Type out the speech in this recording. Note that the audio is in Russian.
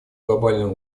глобального